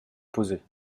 posée